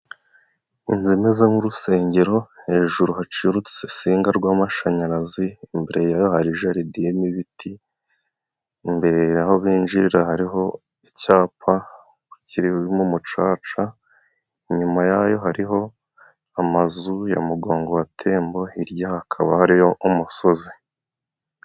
Inzu imeze nk'urusengero, hejuru haciye urutsinga rw'amashanyarazi, imbere yayo hari ibiti, imbere aho binjirira hariho icyapa kiririmo umucaca, inyuma yayo hariho amazu ya mugongo wa timbo, hirya hakaba hariyo umusozi.